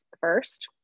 first